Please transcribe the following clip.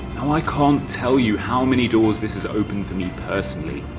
um i can't tell you how many doors this has opened for me personally,